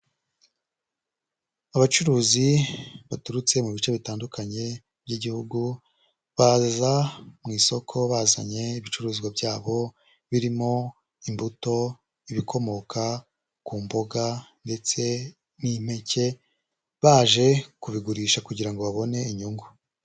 Abacuruzi baturutse mu bice bitandukanye by'Igihugu, baza mu isoko bazanye ibicuruzwa byabo birimo imbuto, ibikomoka ku mboga ndetse n'impeke baje kubigurisha kugira ngo babone inyungu.